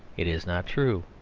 it is not true,